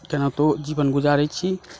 केनाहितो जीवन गुजारै छी